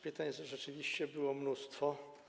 Pytań rzeczywiście było mnóstwo.